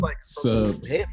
Subs